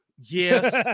Yes